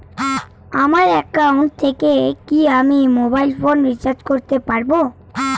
আমার একাউন্ট থেকে কি আমি মোবাইল ফোন রিসার্চ করতে পারবো?